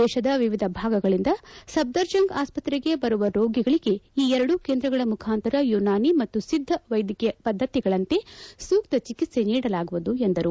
ದೇಶದ ವಿವಿಧ ಭಾಗಗಳಿಂದ ಸಫ್ಷರ್ಜಂಗ್ ಆಸ್ಪತ್ರೆಗೆ ಬರುವ ರೋಗಿಗಳಿಗೆ ಈ ಎರಡೂ ಕೇಂದ್ರಗಳ ಮುಖಾಂತರ ಯೂನಾನಿ ಮತ್ತು ಸಿದ್ದ ವೈದ್ಯಕೀಯ ಪದ್ಧತಿಗಳಂತೆ ಸೂಕ್ತ ಚಿಕಿತ್ಲೆ ನೀಡಲಾಗುವುದು ಎಂದರು